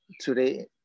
today